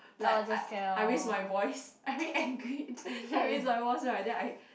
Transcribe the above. like I I raise my voice I very angry then I raise my voice right then I